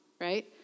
right